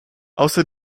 außer